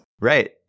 Right